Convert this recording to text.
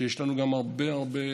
שיש לנו גם הרבה הרבה